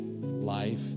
life